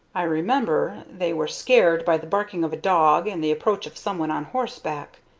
i remember they were scared by the barking of a dog and the approach of some one on horseback.